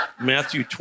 Matthew